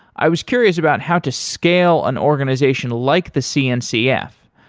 i was curious about how to scale an organization like the cncf.